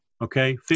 Okay